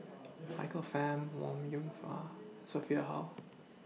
Michael Fam Wong Yoon Wah Sophia Hull